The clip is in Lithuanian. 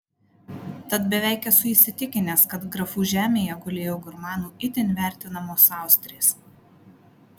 tad beveik esu įsitikinęs kad grafų žemėje gulėjo gurmanų itin vertinamos austrės